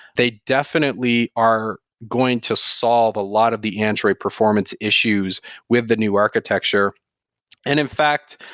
they definitely are going to solve a lot of the android performance issues with the new architecture and in fact,